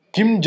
Kim